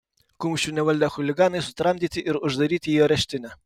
kumščių nevaldę chuliganai sutramdyti ir uždaryti į areštinę